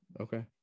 Okay